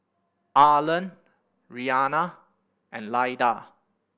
Arland Rhianna and Lyda